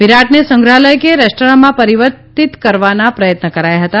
વિરાટને સંગ્રહાલય કે રેસ્તરાંમાં પરીવર્તિત કરવાના પ્રયત્ન કરાયા હતા